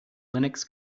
linux